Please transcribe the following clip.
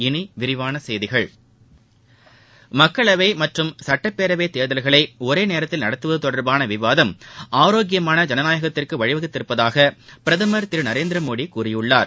இனி விரிவான செய்திகள் மக்களவை மற்றும் சுட்டப்பேரவை தேர்தல்களை ஒரே நேரத்தில் நடத்துவது தொடர்பான விவாதம் ஆரோக்கியமான ஜனநாயகத்திற்கு வழிவகுத்துள்ளதாக பிரதமர் திரு நரேந்திரமோடி கூறியுள்ளார்